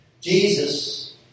Jesus